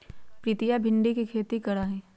प्रीतिया भिंडी के खेती करा हई